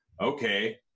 okay